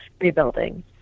rebuilding